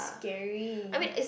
scary